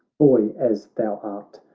boy as thou art,